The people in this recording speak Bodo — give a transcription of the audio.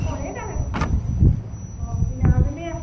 अनेख आरो अ फैनो हागोन दे